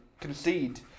concede